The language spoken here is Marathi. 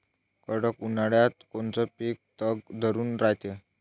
कडक उन्हाळ्यात कोनचं पिकं तग धरून रायते?